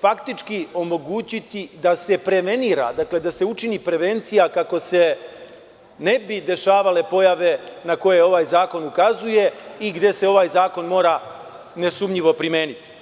faktički omogućiti da seprevenira, dakle da se učini prevencija kako se ne bi dešavale pojave na koje ovaj zakon ukazuje i gde se ovaj zakon mora nesumnjivo primeniti.